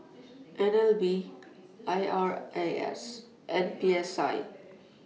N L B I R A S and P S I